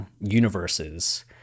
universes